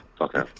Okay